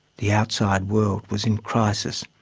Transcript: the outside world was in crisis.